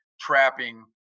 trapping